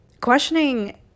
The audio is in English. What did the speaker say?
questioning